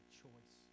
choice